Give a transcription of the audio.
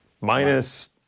minus